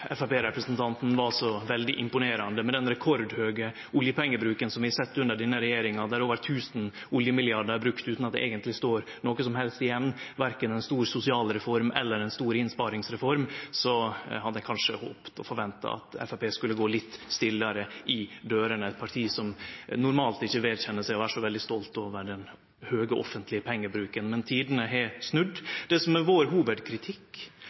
Framstegsparti-representanten var så veldig imponerande, med den rekordhøge oljepengebruken vi har sett under denne regjeringa. Over tusen oljemilliardar er brukte utan at det eigentleg står noko som helst igjen, verken ei stor sosial reform eller ei stor innsparingsreform, så eg hadde kanskje håpt og forventa at Framstegspartiet skulle gå litt stillare i dørene, eit parti som normalt ikkje vedkjenner seg å vere så veldig stolt over den store offentlege pengebruken, men tidene har snudd. Det som er hovudkritikken vår